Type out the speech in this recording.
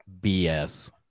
BS